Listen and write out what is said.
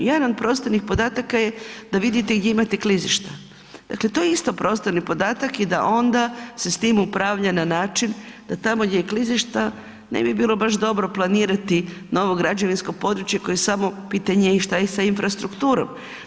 Jedan od prostornih podataka je da vidite gdje imate klizišta, dakle to je isto prostorni podatak i da onda se s tim upravlja na način da tamo gdje je klizišta ne bi bilo baš dobro planirati novo građevinsko područje koje samo pitanje je i šta je i sa infrastrukturom.